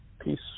Peace